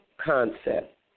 concept